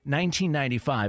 1995